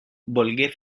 volgué